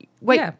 wait